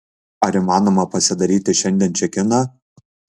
ar įmanoma pasidaryti šiandien čekiną